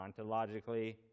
Ontologically